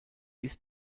ist